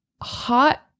hot